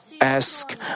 ask